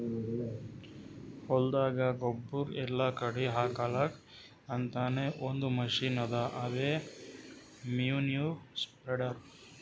ಹೊಲ್ದಾಗ ಗೊಬ್ಬುರ್ ಎಲ್ಲಾ ಕಡಿ ಹಾಕಲಕ್ಕ್ ಅಂತಾನೆ ಒಂದ್ ಮಷಿನ್ ಅದಾ ಅದೇ ಮ್ಯಾನ್ಯೂರ್ ಸ್ಪ್ರೆಡರ್